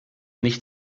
nicht